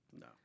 No